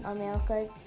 America's